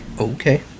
Okay